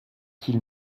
qu’il